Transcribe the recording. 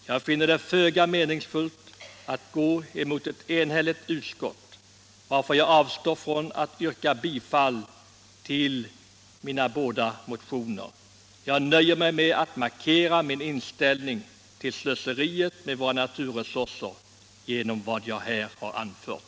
Jag finner det föga meningsfullt att gå emot ett enhälligt utskott, varför jag avstår från att yrka bifall till mina båda motioner. Jag nöjer mig med att markera min inställning till slöseriet med våra naturresurser genom vad jag här anfört.